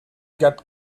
get